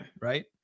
right